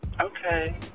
okay